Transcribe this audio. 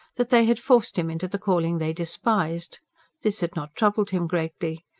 that they had forced him into the calling they despised this had not troubled him greatly.